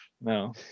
no